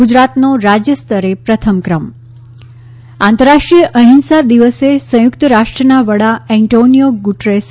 ગુજરાતનો રાજ્ય સ્તરે પ્રથમ ક્રમ આંતરરાષ્ટ્રીય અહિંસા દિવસે સંયુક્ત રાષ્ટ્રના વડા એન્ટોનિયો ગુટરેસે